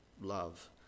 love